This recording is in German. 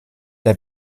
der